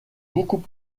beaucoup